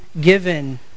given